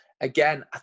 Again